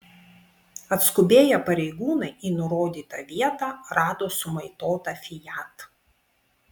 atskubėję pareigūnai į nurodytą vietą rado sumaitotą fiat